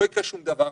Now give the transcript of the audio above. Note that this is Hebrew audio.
לא יקרה שום דבר.